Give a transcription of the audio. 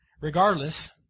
Regardless